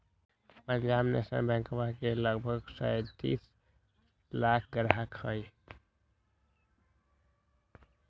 Punjab national बैंकवा के लगभग सैंतीस लाख ग्राहक हई